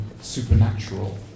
supernatural